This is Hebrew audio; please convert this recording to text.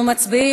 אנחנו מצביעים,